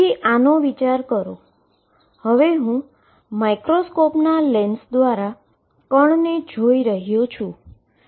તેથી આનો વિચાર કરો હું માઇક્રોસ્કોપના લેન્સ દ્વારા પાર્ટીકલ ને જોઈ રહ્યો છુ